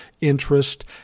interest